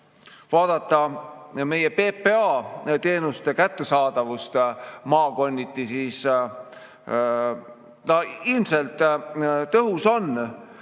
vaadata meie PPA teenuste kättesaadavust maakonniti, siis ta ilmselt tõhus on,